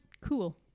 cool